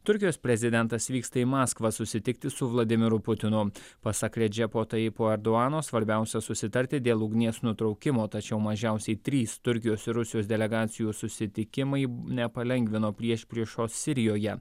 turkijos prezidentas vyksta į maskvą susitikti su vladimiru putinu pasak redžepo tajipo erdoano svarbiausia susitarti dėl ugnies nutraukimo tačiau mažiausiai trys turkijos ir rusijos delegacijų susitikimai nepalengvino priešpriešos sirijoje